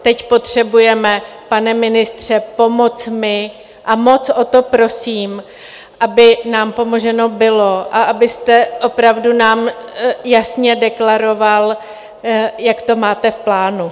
Teď potřebujeme, pane ministře, pomoc my a moc o to prosím, aby nám pomoženo bylo a abyste opravdu nám jasně deklaroval, jak to máte v plánu.